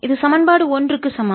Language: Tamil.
இது சமன்பாடு ஒன்றுக்கு சமம்